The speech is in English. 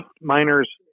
miners